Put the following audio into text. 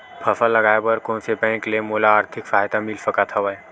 फसल लगाये बर कोन से बैंक ले मोला आर्थिक सहायता मिल सकत हवय?